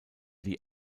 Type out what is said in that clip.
die